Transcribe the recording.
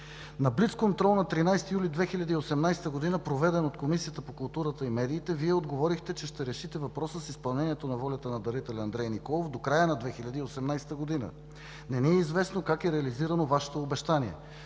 На блицконтрол на 13 юли 2018 г., проведен от Комисията по културата и медиите, Вие отговорихте, че ще решите въпроса с изпълнението на волята на дарителя Андрей Николов до края на 2018 г. Не ни е известно как е реализирано Вашето обещание.